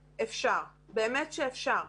אפשר, באמת שאפשר.